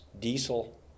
diesel